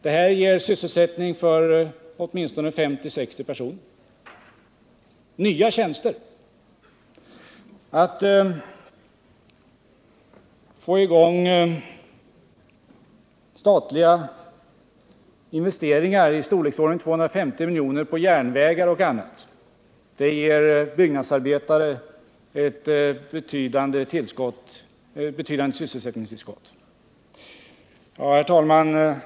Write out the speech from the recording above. Detta ger sysselsättning på nya tjänster för åtminstone 50-60 personer. Vi syftar vidare till att få i gång investeringar i storleksordningen 250 miljoner på järnvägar och annat. Det ger byggnadsarbetare ett betydande sysselsättningstillskott. Herr talman!